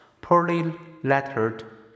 poorly-lettered